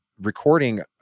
recording